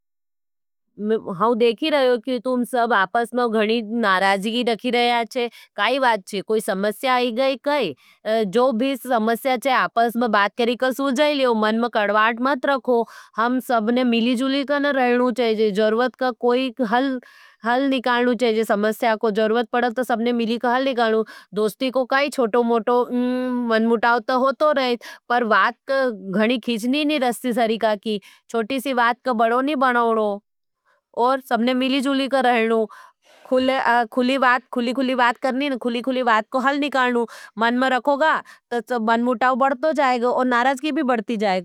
हम देखी रहे हैं कि तुम सब आपस में गणी नाराज़गी रखी रहे हैं काई बात छे, कोई समस्या आई गई काई? जो भी समस्या छे, आपस में बात करी कर सुझाई लेव। मन में कड़वाट मत रखो। हम सबने मिली जूली को न रहना चाहिए। जरूरत का कोई हल निकालना चाहिए। समस्या को जरूरत पड़त तो सबने मिली का हल निकालना। दोस्ती को काई छोटो मोटो मन मुटाव था होतो रहें। पर बात का घणी खीजनी नहीं। चोटी सी बात का बड़ो नहीं बनाऊँ। और सबने मिली जूली का रहनू। खुली खुली बात का हल निकालना। मन में रखोगा तो मन मुटाव बढतो जाएगा। और नाराजगी भी बढती जाएगा।